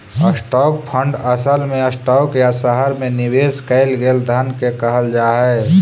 stock fund असल में stock या शहर में निवेश कैल गेल धन के कहल जा हई